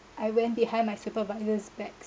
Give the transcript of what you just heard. I went behind my supervisor's backs